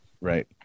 Right